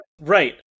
Right